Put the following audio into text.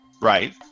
Right